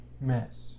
mess